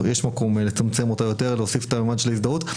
יש מקום לצמצם אותה ולהוסיף את האלמנט של ההזדהות.